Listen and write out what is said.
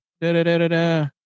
Da-da-da-da-da